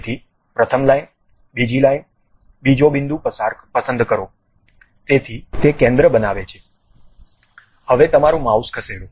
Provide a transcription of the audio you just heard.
તેથી પ્રથમ લાઇન બીજી લાઇન બીજો બિંદુ પસંદ કરો તેથી તે કેન્દ્ર પર બનાવે છે હવે તમારું માઉસ ખસેડો